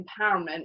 empowerment